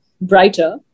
brighter